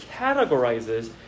categorizes